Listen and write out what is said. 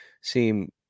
seem